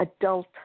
adult